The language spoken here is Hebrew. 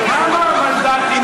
כמה מנדטים יהיו?